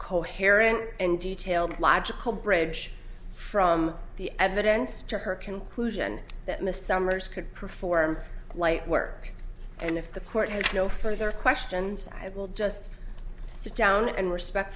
coherent and detailed logical bridge from the evidence to her conclusion that miss summers could perform light work and if the court has no further questions i will just sit down and respect